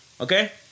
okay